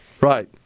Right